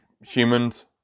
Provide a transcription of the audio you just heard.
humans